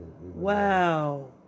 wow